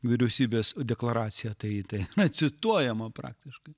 vyriausybės deklaraciją tai ten cituojama praktiškai